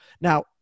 Now